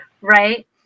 Right